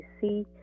see